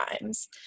times